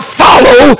follow